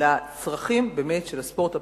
לצרכים של הספורט הפראלימפי,